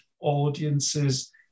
audiences